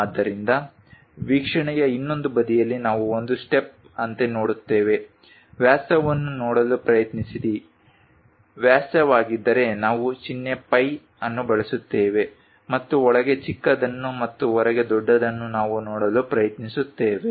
ಆದ್ದರಿಂದ ವೀಕ್ಷಣೆಯ ಇನ್ನೊಂದು ಬದಿಯಲ್ಲಿ ನಾವು ಒಂದು ಸ್ಟೆಪ್ ಅಂತೆ ನೋಡುತ್ತೇವೆ ವ್ಯಾಸವನ್ನು ನೋಡಲು ಪ್ರಯತ್ನಿಸಿ ವ್ಯಾಸವಾಗಿದ್ದರೆ ನಾವು ಚಿಹ್ನೆ ಫೈ ಅನ್ನು ಬಳಸುತ್ತೇವೆ ಮತ್ತು ಒಳಗೆ ಚಿಕ್ಕದನ್ನು ಮತ್ತು ಹೊರಗೆ ದೊಡ್ಡದನ್ನು ನಾವು ನೋಡಲು ಪ್ರಯತ್ನಿಸುತ್ತೇವೆ